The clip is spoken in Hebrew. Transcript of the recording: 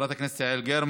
חברת הכנסת יעל גרמן,